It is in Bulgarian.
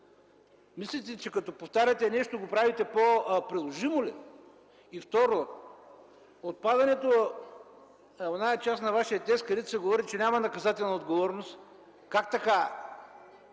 Мислите, че като повтаряте нещо, го правите по-приложимо ли? Второ, отпадането на онази част от Вашия текст, където се казва, че няма наказателна отговорност, как така